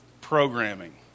programming